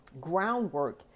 groundwork